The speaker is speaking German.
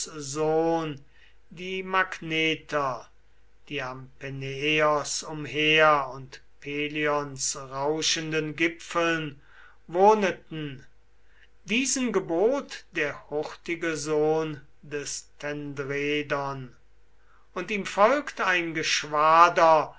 sohn die magneter die am peneios umher und pelions rauschenden gipfeln wohneten diesen gebot der hurtige sohn des tendredon und ihm folgt ein geschwader